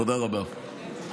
תודה רבה.